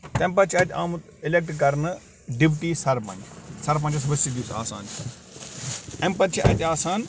تَمہِ پَتہٕ چھُ اَتہِ آمُت اِلیٚکٹہٕ کرنہٕ ڈِپٹی سرپنٛچ سرپنٛچَس ؤسِتھ یُس آسان چھُ اَمہِ پَتہٕ چھِ اَتہِ آسان